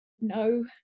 no